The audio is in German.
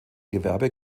gewerbe